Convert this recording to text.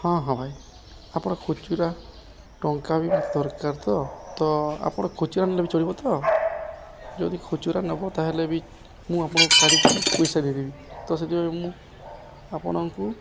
ହଁ ହଁ ଭାଇ ଆପଣ ଖୁଚୁରା ଟଙ୍କା ବି ମୋତ ଦରକାର ତ ତ ଆପଣ ଖୁଚୁରା ନେଲେ ବି ଚଳିବ ତ ଯଦି ଖୁଚୁରା ନେବ ତା'ହେଲେ ବି ମୁଁ ଆପଣଙ୍କ କାଢ଼ିକି ପଇସା ଦେଇଦେବି ତ ସେଥିପାଇଁ ମୁଁ ଆପଣଙ୍କୁ